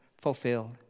fulfilled